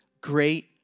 great